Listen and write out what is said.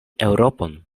eŭropon